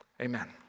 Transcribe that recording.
Amen